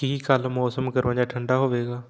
ਕੀ ਕੱਲ੍ਹ ਮੌਸਮ ਗਰਮ ਜਾਂ ਠੰਡਾ ਹੋਵੇਗਾ